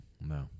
No